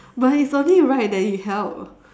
but it's only right that you help